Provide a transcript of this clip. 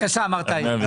בבקשה מר טיירי.